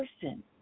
person